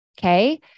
Okay